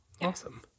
Awesome